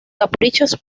caprichos